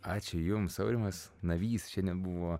ačiū jums aurimas navys šiandien buvo